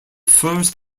first